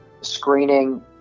screening